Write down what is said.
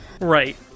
Right